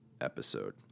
episode